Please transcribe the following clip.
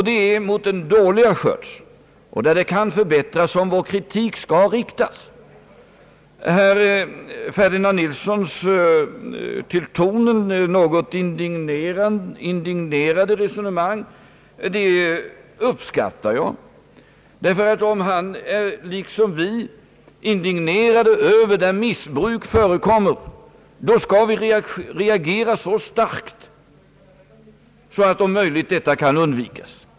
Det är mot den dåliga skötseln — där förhållandena alltså kan förbättras — som vår kritik skall riktas. Herr Ferdinand Nilssons till tonen något indignenerade resonemang uppskattar jag, därför att om han liksom vi är indignerade över missbruk på detta område, skall vi reagera så starkt att detta om möjligt kan undvikas.